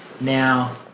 Now